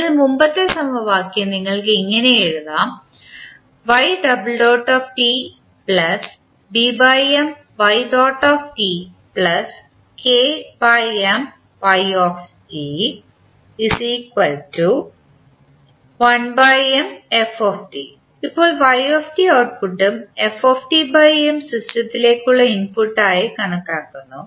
അതിനാൽ മുമ്പത്തെ സമവാക്യം നിങ്ങൾക്ക് ഇങ്ങനെ എഴുതാം ഇപ്പോൾ ഔട്ട്പുട്ടും സിസ്റ്റത്തിലേക്കുള്ള ഇൻപുട്ടായി കണക്കാക്കുന്നു